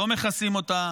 לא מכסים אותה,